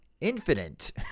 infinite